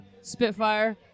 spitfire